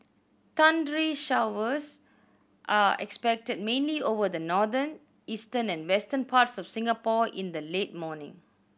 thundery showers are expected mainly over the northern eastern and western parts of Singapore in the late morning